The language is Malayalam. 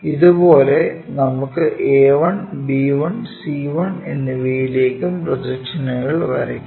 ഇത് പോലെ നമുക്കു a1b1c1 എന്നിവയിലേക്കും പ്രൊജക്ഷനുകൾ വരക്കാം